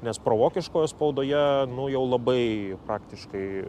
nes provokiškoje spaudoje nu jau labai praktiškai